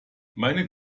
meine